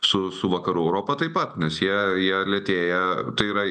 su su vakarų europa taip pat nes jie jie lėtėja tai yra